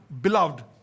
beloved